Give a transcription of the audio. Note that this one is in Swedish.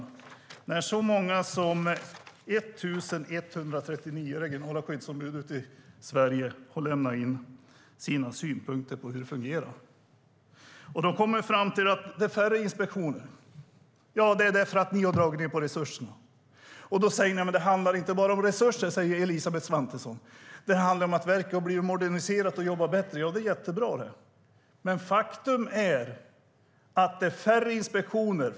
Det är så många som 1 139 regionala skyddsombud i Sverige som har lämnat in sina synpunkter på hur det fungerar. Man har kommit fram till att det är färre inspektioner. Det är för att ni har dragit ned på resurserna. Då säger Elisabeth Svantesson att det inte bara handlar om resurser, utan det handlar om att verket har blivit moderniserat och jobbat bättre. Det är jättebra, men faktum är att det är färre inspektioner.